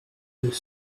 deux